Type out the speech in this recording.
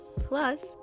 plus